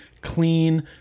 clean